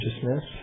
consciousness